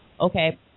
Okay